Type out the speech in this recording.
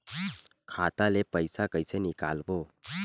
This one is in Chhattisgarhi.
खाता ले पईसा कइसे निकालबो?